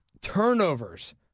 turnovers